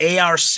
ARC